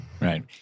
Right